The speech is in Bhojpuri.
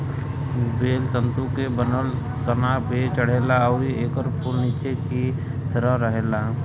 बेल तंतु के बनल तना पे चढ़ेला अउरी एकर फूल निचे की तरफ रहेला